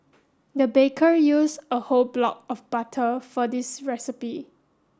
the baker used a whole block of butter for this recipe